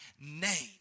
name